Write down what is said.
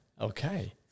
Okay